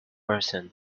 person